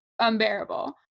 unbearable